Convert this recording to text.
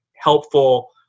helpful